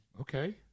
Okay